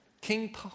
King